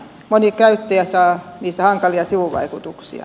moni käyttäjä saa niistä hankalia sivuvaikutuksia